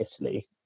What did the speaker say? Italy